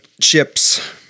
Chips